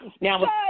Now